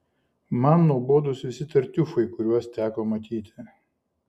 man nuobodūs visi tartiufai kuriuos teko matyti